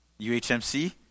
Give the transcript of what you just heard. UHMC